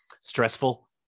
stressful